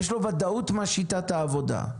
יש לו ודאות לגבי שיטת העבודה.